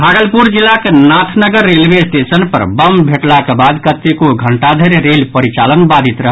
भागलपुर जिलाक Nathnagar railway station पर bomb भेटलाक बाद कतेको घंटा धरि रेल परिचालन बाधित रहल